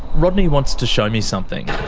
rodney wants to show me something.